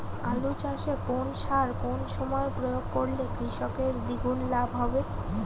আলু চাষে কোন সার কোন সময়ে প্রয়োগ করলে কৃষকের দ্বিগুণ লাভ হবে?